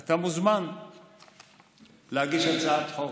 אתה מוזמן להגיש הצעת חוק.